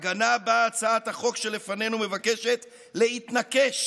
הגנה שבה הצעת החוק שלפנינו מבקשת להתנקש.